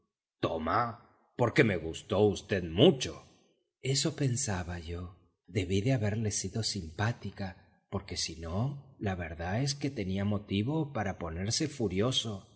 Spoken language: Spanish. toma porque me gustó v mucho eso pensaba yo debí de haberle sido simpática porque sinó la verdad es que tenía motivo para ponerse furioso